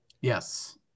Yes